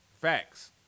Facts